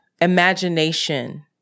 imagination